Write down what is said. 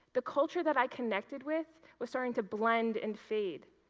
the culture that i connected with was starting to blend and fade.